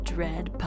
Dread